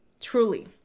truly